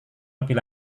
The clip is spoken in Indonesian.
lebih